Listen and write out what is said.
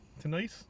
tonight